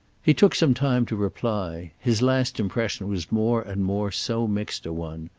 he took some time to reply his last impression was more and more so mixed a one.